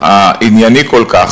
הענייני כל כך,